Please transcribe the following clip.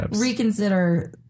Reconsider